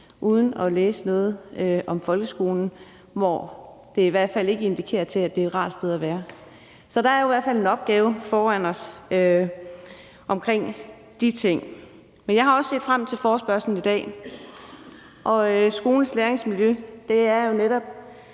uden at læse noget om folkeskolen, der indikerer, at folkeskolen ikke er et rart sted at være. Så der er jo i hvert fald en opgave foran os omkring de ting. Men jeg har også set frem til forespørgslen i dag. Skolens læringsmiljø skal jo netop